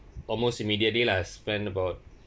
almost immediately lah I spend about